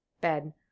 bed